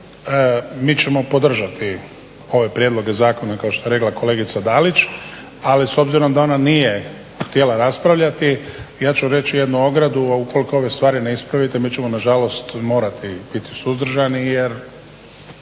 mi ćemo podržati ove prijedloge zakona kao što je rekla kolegica Dalić, ali s obzirom da ona nije htjela raspravljati ja ću reći jednu ogradu, a ukoliko ove stvari ne ispravite mi ćemo nažalost morati biti suzdržani, jer